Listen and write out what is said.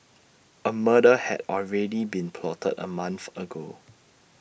A murder had already been plotted A month ago